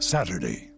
Saturday